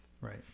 Right